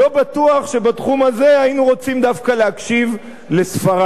לא בטוח שבתחום הזה היינו רוצים דווקא להקשיב לספרד.